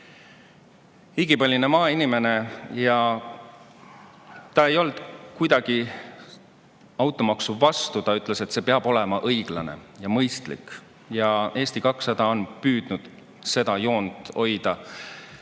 igipõline maainimene ei olnud kuidagi automaksu vastu, aga ta ütles, et see peab olema õiglane ja mõistlik. Eesti 200 on püüdnud seda joont hoida.